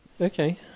Okay